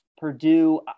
Purdue